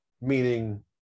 meaning